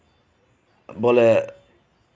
ᱵᱚᱞᱮ